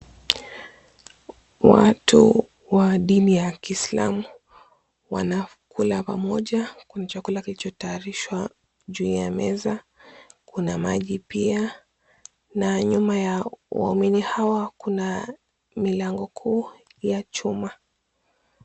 Watu wa dini ya kislamu wanakula pamoja kwa chakula kilichotayarishwa, juu ya meza kuna maji pia na nyuma ya wahumini hawa kuna milango kuu ya chuma.